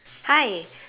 hi